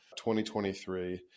2023